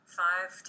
five